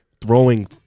throwing